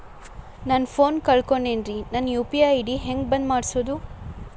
ನನ್ನ ಫೋನ್ ಕಳಕೊಂಡೆನ್ರೇ ನನ್ ಯು.ಪಿ.ಐ ಐ.ಡಿ ಹೆಂಗ್ ಬಂದ್ ಮಾಡ್ಸೋದು?